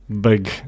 big